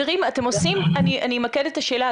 אני אמקד את השאלה.